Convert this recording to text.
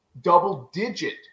double-digit